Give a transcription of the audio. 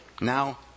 Now